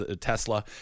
Tesla